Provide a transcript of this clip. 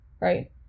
right